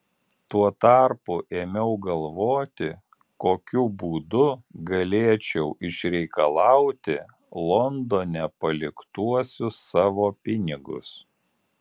tuo tarpu ėmiau galvoti kokiu būdu galėčiau išreikalauti londone paliktuosius savo pinigus